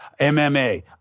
MMA